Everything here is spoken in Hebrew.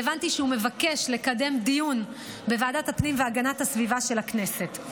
והבנתי שהוא מבקש לקדם דיון בוועדת הפנים והגנת הסביבה של הכנסת.